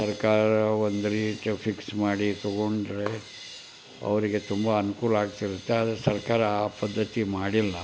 ಸರ್ಕಾರ ಒಂದು ರೀತಿ ಫಿಕ್ಸ್ ಮಾಡಿ ತಗೊಂಡರೆ ಅವರಿಗೆ ತುಂಬ ಅನುಕೂಲ ಆಗ್ತಿರುತ್ತೆ ಆದರೆ ಸರ್ಕಾರ ಆ ಪದ್ಧತಿ ಮಾಡಿಲ್ಲ